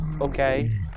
Okay